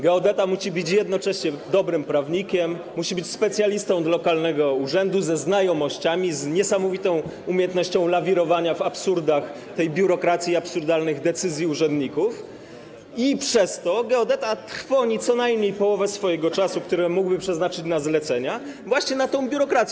Geodeta musi być jednocześnie dobrym prawnikiem, musi być specjalistą od lokalnego urzędu ze znajomościami, z niesamowitą umiejętnością lawirowania w absurdach tej biurokracji, absurdalnych decyzjach urzędników i przez to trwoni on co najmniej połowę swojego czasu, który mógłby przeznaczyć na zlecenia, właśnie na tę biurokrację.